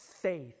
faith